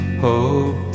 hope